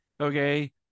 okay